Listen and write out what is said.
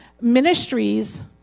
ministries